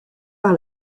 par